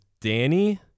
Danny